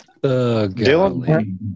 dylan